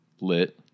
Lit